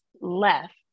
left